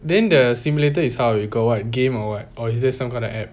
then the simulator is how you got what game or what or is there some kind of app